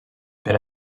per